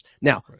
now